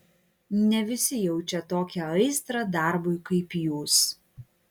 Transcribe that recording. ne visi jaučia tokią aistrą darbui kaip jūs